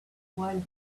while